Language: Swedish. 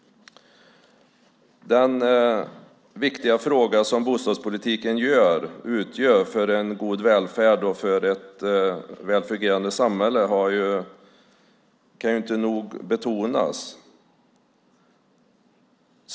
Den viktiga fråga som bostadspolitiken utgör för en god välfärd och för ett väl fungerande samhälle kan inte nog betonas.